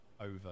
over